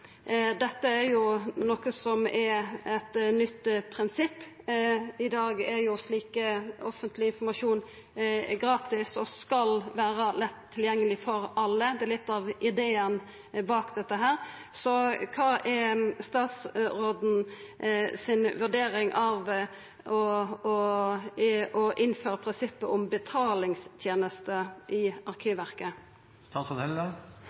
Dette er eit nytt prinsipp. I dag er slik offentleg informasjon gratis og skal vera lett tilgjengeleg for alle, det er litt av ideen bak. Kva er statsråden si vurdering av å innføra prinsippet om betalingstenester i